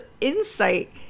insight